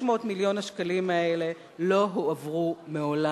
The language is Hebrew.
600 מיליון השקלים האלה לא הועברו מעולם.